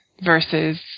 versus